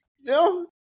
No